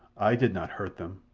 ay did not hurt them.